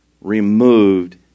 removed